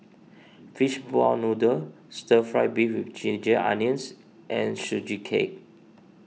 Fishball Noodle Stir Fried Beef with Ginger Onions and Sugee Cake